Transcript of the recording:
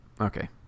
okay